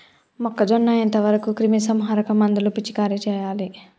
మొక్కజొన్న ఎంత వరకు క్రిమిసంహారక మందులు పిచికారీ చేయాలి?